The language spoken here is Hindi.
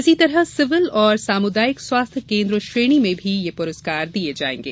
इसी तरह सिविल और सामुदायिक स्वास्थ्य केन्द्र श्रेणी में भी ये पुरस्कार दिये जाएंगे